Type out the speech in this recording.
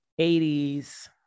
80s